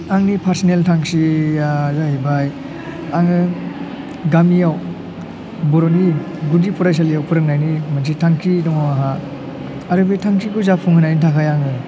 आंनि पार्चेनेल थांखिया जाहैबाय आङो गामियाव बर'नि गुदि फरायसालियाव फोरोंनायनि मोनसे थांखि दङ आंहा आरो बे थांखिखौ जाफुंहोनायनि थाखाय आङो